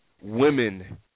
women